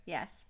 Yes